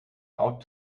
out